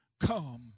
come